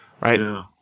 right